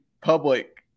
public